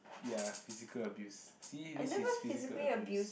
ya physical abuse see this is physical abuse